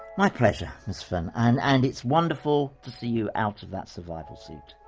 my pleasure, ms funn. and and it's wonderful to see you out of that survival suit.